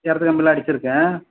earth கம்பிலாம் அடித்திருக்கு